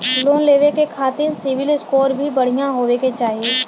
Loan लेवे के खातिन सिविल स्कोर भी बढ़िया होवें के चाही?